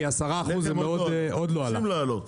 כי 10% --- לחם עוד לא עלה, צריכים להעלות.